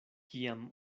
kiam